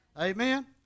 Amen